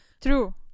true